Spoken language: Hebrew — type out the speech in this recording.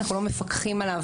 אנחנו לא מפקחים עליו,